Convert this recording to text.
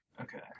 Okay